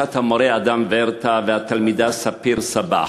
פרשת המורה אדם ורטה והתלמידה ספיר סבח.